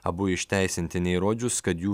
abu išteisinti neįrodžius kad jų